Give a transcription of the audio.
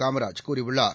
காமராஜ் கூறியுள்ளார்